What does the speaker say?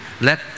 let